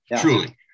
truly